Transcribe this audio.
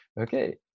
okay